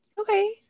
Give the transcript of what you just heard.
Okay